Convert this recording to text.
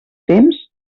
temps